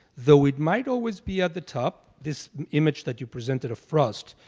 though it might always be at the top, this image that you presented of frost,